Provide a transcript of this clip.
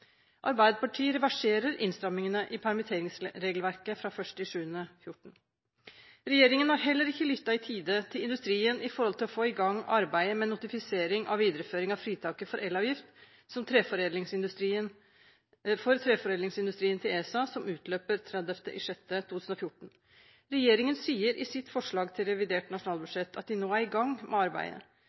Arbeiderpartiet reverserer innstrammingene i permitteringsregelverket fra 1. juli 2014. Regjeringen har heller ikke lyttet i tide til industrien når det gjelder å få i gang arbeidet med notifisering av videreføring av fritaket for elavgift for treforedlingsindustrien til ESA som utløper 30. juni 2014. Regjeringen sier i sitt forslag til revidert nasjonalbudsjett at de nå er i gang med arbeidet.